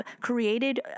created